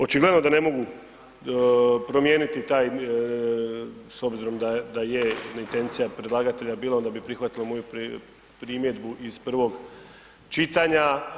Očigledno da ne mogu promijeniti taj s obzirom da je intencija predlagatelja bila onda bi prihvatili moju primjedbu iz prvog čitanja.